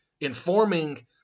informing